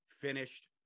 Finished